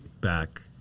back